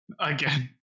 Again